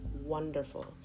wonderful